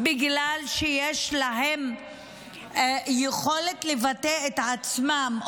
בגלל שיש להם יכולת לבטא את עצמם,